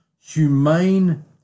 humane